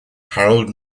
harold